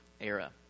era